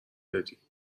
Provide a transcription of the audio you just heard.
دادی